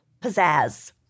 pizzazz